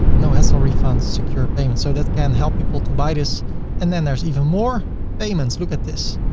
no hassle refunds, secure payment. so that can help people to buy this and then there's even more payments. look at this.